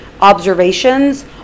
observations